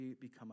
become